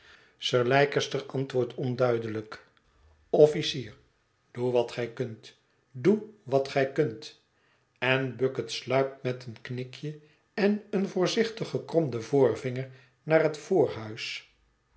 sir leicester antwoordt onduidelijk officier doe wat gij kunt doe wat gij kunt en bucket sluipt met een knikje en een voorzichtig gekromden voorvinger naar het